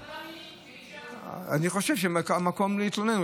חושב שהמקום להתלונן,